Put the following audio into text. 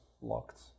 locked